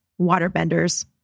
waterbenders